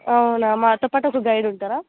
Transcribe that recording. అవునా మాతో పాటు ఒక గైడ్ ఉంటారా